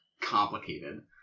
complicated